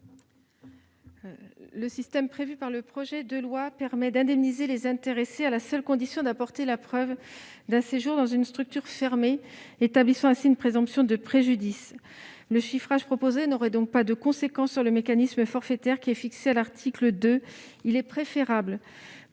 Le système prévu par le projet de loi permet d'indemniser les intéressés, à la seule condition qu'ils apportent la preuve d'un séjour dans une structure fermée, établissant ainsi une présomption de préjudice. Le chiffrage proposé n'aurait donc pas de conséquence sur le mécanisme forfaitaire à l'article 2. Il est préférable,